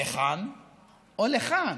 לכאן או לכאן.